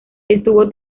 estuvo